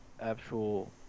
actual